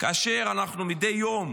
כאשר מדי יום,